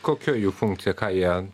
kokia jų funkcija ką jie